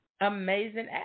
amazing